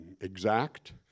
exact